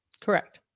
Correct